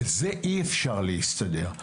בזה אי אפשר להסתדר.